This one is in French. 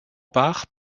part